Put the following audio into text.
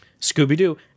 Scooby-Doo